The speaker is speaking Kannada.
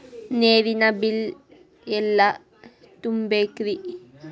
ನೇರಿನ ಬಿಲ್ ಎಲ್ಲ ತುಂಬೇಕ್ರಿ?